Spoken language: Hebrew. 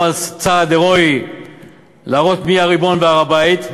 הוא אמר שזה צעד הירואי להראות מי הריבון בהר-הבית.